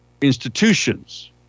institutions